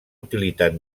utilitat